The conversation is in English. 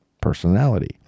personality